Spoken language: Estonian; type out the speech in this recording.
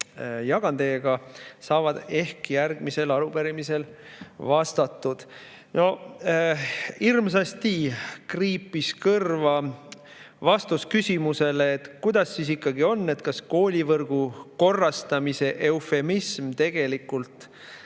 jagan teiega, saavad järgmise arupärimise käigus vastatud.No hirmsasti kriipis kõrva vastus küsimusele, et kuidas siis ikkagi on, kas "koolivõrgu korrastamise" eufemism tegelikult